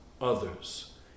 others